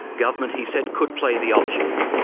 government, he said, could play the options.